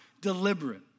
deliberate